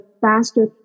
faster